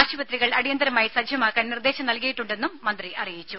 ആശുപത്രികൾ അടിയന്തരമായി സജ്ജമാക്കാൻ നിർദേശം നൽകിയിട്ടുണ്ടെന്നും മന്ത്രി അറിയിച്ചു